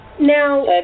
Now